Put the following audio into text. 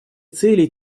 цели